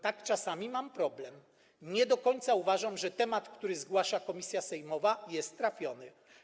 Tak, czasami mam problem, nie do końca uważam, że temat, który zgłasza komisja sejmowa, jest trafiony.